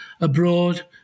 abroad